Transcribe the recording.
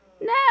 No